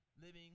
living